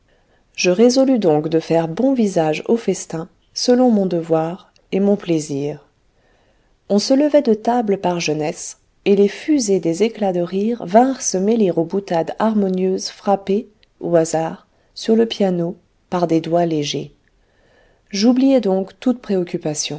je résolus donc de faire bon visage au festin selon mon devoir et mon plaisir on se levait de table par jeunesse et les fusées des éclats de rire vinrent se mêler aux boutades harmonieuses frappées au hasard sur le piano par des doigts légers j'oubliai donc toute préoccupation